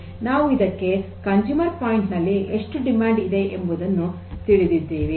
ನಾವು ಇದಕ್ಕೆ consumer point ನಲ್ಲಿ ಎಷ್ಟು ಬೇಡಿಕೆ ಇದೆ ಎಂಬುದನ್ನು ತಿಳಿದಿದ್ದೇವೆ